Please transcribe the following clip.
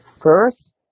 first